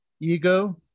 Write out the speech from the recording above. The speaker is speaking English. ego